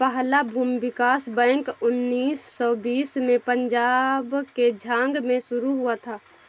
पहला भूमि विकास बैंक उन्नीस सौ बीस में पंजाब के झांग में शुरू हुआ था